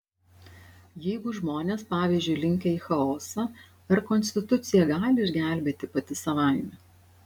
jeigu žmonės pavyzdžiui linkę į chaosą ar konstitucija gali išgelbėti pati savaime